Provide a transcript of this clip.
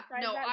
No